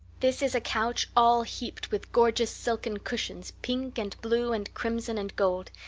this is a couch all heaped with gorgeous silken cushions, pink and blue and crimson and gold,